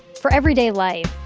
for everyday life,